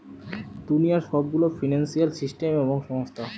দুনিয়ার সব গুলা ফিন্সিয়াল সিস্টেম এবং সংস্থা